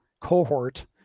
cohort